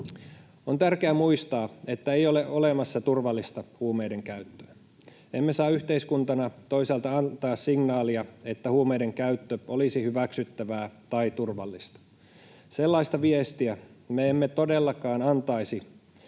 On tärkeää muistaa, että ei ole olemassa turvallista huumeidenkäyttöä. Emme saa yhteiskuntana toisaalta antaa signaalia, että huumeidenkäyttö olisi hyväksyttävää tai turvallista. Sellaista viestiä me emme todellakaan antaisi